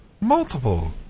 multiple